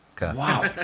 Wow